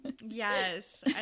Yes